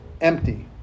empty